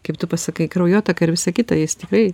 kaip tu pats sakai kraujotaka ir visa kita jis tikrai